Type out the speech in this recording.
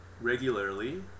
regularly